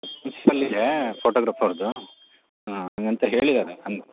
flexible ಇದೆ photography ಅವ್ರದ್ದು ಹಂಗಂತ ಹೇಳಿದ್ದಾರೆ ಅನ